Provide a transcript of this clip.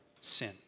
sin